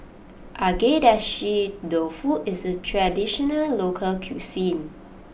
Agedashi Dofu is a traditional local cuisine